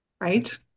right